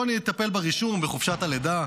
יוני יטפל ברישום, בחופשת הלידה.